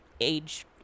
age